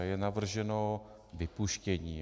Je navrženo vypuštění.